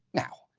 now,